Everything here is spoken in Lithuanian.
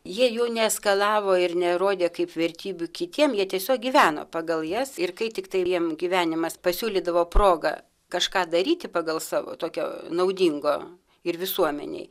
jie jų neeskalavo ir nerodė kaip vertybių kitiem jie tiesiog gyveno pagal jas ir kai tiktai jiem gyvenimas pasiūlydavo progą kažką daryti pagal savo tokio naudingo ir visuomenei